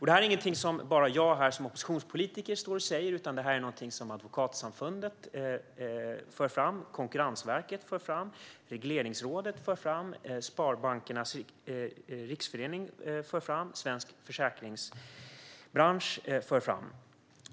Det är ingenting som bara jag som oppositionspolitiker står här och säger, utan det är någonting som förs fram av Advokatsamfundet, Konkurrensverket, regleringsrådet, Sparbankernas Riksförbund och den svenska försäkringsbranschen.